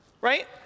right